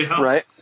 Right